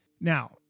Now